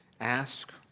ask